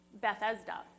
Bethesda